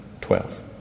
twelve